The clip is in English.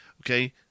okay